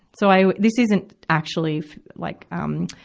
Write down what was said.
so i, this isn't actually like, um.